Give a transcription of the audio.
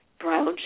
brown